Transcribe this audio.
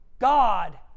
God